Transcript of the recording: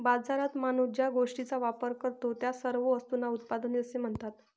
बाजारात माणूस ज्या गोष्टींचा वापर करतो, त्या सर्व वस्तूंना उत्पादने असे म्हणतात